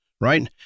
right